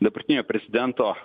dabartinio prezidento